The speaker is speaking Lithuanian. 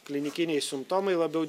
klinikiniai simptomai labiau